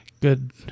good –